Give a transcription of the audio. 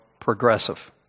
progressive